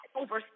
over